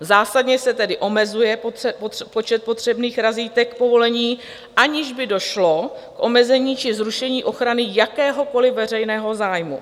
Zásadně se tedy omezuje počet potřebných razítek povolení, aniž by došlo k omezení či zrušení ochrany jakéhokoli veřejného zájmu.